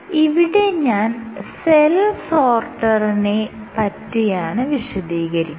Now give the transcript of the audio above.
ഇവിടെ ഞാൻ സെൽ സോർട്ടറിനെ പറ്റിയാണ് വിശദീകരിക്കുന്നത്